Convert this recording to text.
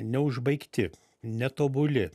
neužbaigti netobuli